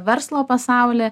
verslo pasaulį